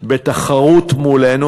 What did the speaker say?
בתחרות מולנו.